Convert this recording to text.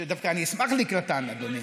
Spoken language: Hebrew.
ודווקא אני אשמח לקראתן, אדוני.